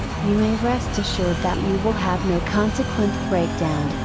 you may rest assured that you will have no consequent breakdown,